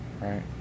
right